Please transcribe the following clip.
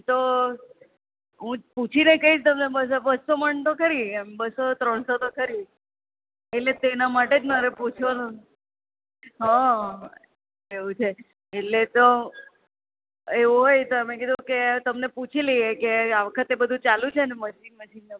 એમ તો હું પૂછીને કહીશ તમને બધું બસો મણ તો ખરી એમ તો બસો ત્રણસો મણ તો ખરી એટલે એના માટે જ મારે તમને પૂછવાનું હતું હં એવું છે એટલે તો એવું હોય તો એમને કીધું કે તમને પૂછી લઈએ કે આ વખતે બધું ચાલુ છે ને પછી